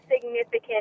significant